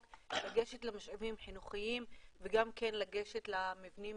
לגשת למשאבים חינוכיים וגם לגשת למבנים